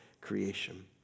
creation